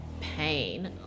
pain